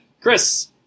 Chris